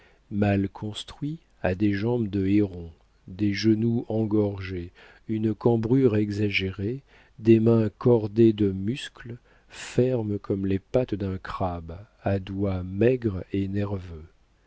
mal construit a des jambes de héron des genoux engorgés une cambrure exagérée des mains cordées de muscles fermes comme les pattes d'un crabe à doigts maigres et nerveux